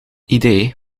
idee